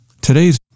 Today's